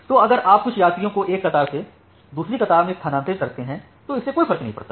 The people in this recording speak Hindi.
तो अगर आप कुछ यात्रियों को एक कतार से दूसरी कतार में स्थानांतरित करते हैं तो इससे कोई फर्क नहीं पड़ता